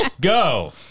go